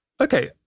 Okay